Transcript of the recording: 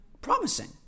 promising